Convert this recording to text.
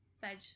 Veg